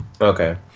Okay